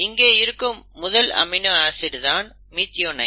இங்கே இருக்கும் முதல் அமினோ ஆசிட் தான் மிதியோனைன்